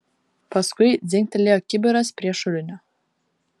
paskui dzingtelėjo kibiras prie šulinio